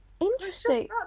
interesting